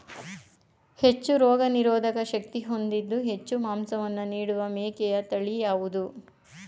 ಹೆಚ್ಚು ರೋಗನಿರೋಧಕ ಶಕ್ತಿ ಹೊಂದಿದ್ದು ಹೆಚ್ಚು ಮಾಂಸವನ್ನು ನೀಡುವ ಮೇಕೆಯ ತಳಿ ಯಾವುದು?